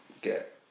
get